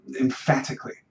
emphatically